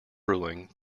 ruling